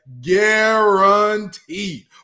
guaranteed